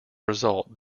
result